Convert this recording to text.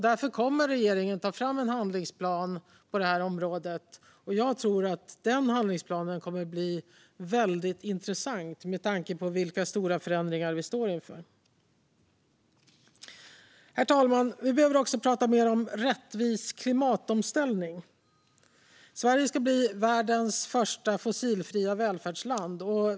Därför kommer regeringen att ta fram en handlingsplan på det här området. Jag tror att den handlingsplanen kommer att bli väldigt intressant med tanke på vilka stora förändringar vi står inför. Herr talman! Vi behöver också prata mer om rättvis klimatomställning. Sverige ska bli världens första fossilfria välfärdsland.